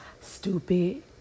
Stupid